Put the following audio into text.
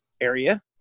area